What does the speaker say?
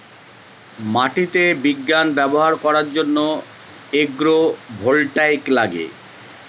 মাটিতে বিজ্ঞান ব্যবহার করার জন্য এগ্রো ভোল্টাইক লাগে